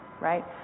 right